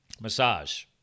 massage